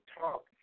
talk